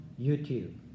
YouTube